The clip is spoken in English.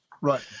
Right